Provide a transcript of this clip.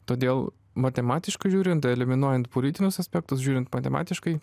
todėl matematiškai žiūrint eliminuojant politinius aspektus žiūrint matematiškai